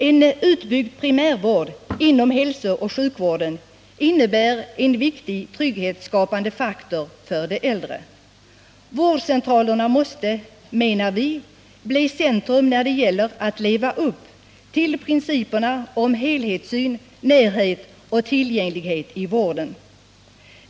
En utbyggd primärvård inom hälsooch sjukvården innebär en viktig trygghetsskapande faktor för de äldre. Vårdcentralerna måste, menar vi, bli centrum när det gäller att leva upp till principerna om helhetssyn, närhet och tillgänglighet i vården.